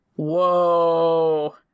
whoa